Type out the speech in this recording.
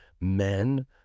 Men